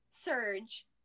Surge